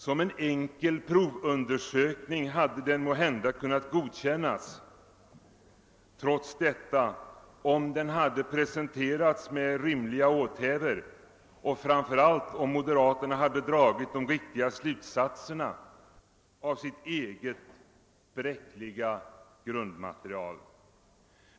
Som en enkel provundersökning hade den måhända kunnat godkännas trots detta, om den hade presenterats med rimliga åthävor och framför allt om moderaterna hade dragit de riktiga slutsatserna av sitt eget bräckliga grundmaterial.